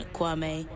Kwame